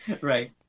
Right